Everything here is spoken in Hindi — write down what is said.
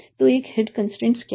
तो एक हेड कंस्ट्रेंट क्या है